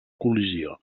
col·lisió